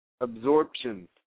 absorption